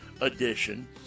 Edition